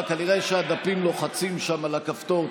כנראה שהדפים לוחצים שם על הכפתור.